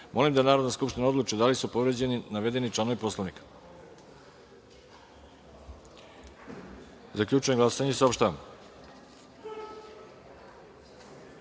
da Narodna skupština odluči da li je povređen navedeni član Poslovnika. Zaključujem glasanje i saopštavam: